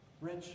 rich